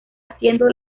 haciendo